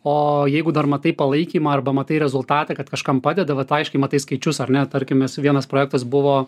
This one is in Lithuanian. o jeigu dar matai palaikymą arba matai rezultatą kad kažkam padeda vat aiškiai matai skaičius ar ne tarkim nes vienas projektas buvo